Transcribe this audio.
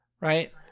right